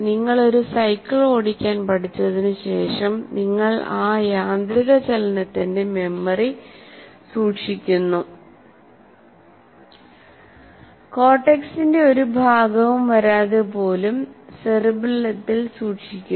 നിങ്ങൾ ഒരു സൈക്കിൾ ഓടിക്കാൻ പഠിച്ചതിനുശേഷം നിങ്ങൾ ആ യാന്ത്രിക ചലനത്തിന്റെ മെമ്മറി നമ്മൾസൂക്ഷിക്കുന്നു കോർട്ടക്സിന്റെ ഒരു ഭാഗവും വരാതെ പോലും സെറിബെല്ലത്തിൽ സൂക്ഷിക്കുന്നു